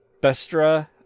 Bestra